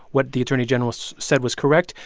what the attorney general said was correct.